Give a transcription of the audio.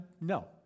No